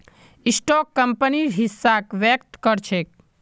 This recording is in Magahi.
स्टॉक कंपनीर हिस्साक व्यक्त कर छेक